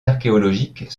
archéologiques